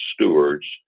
stewards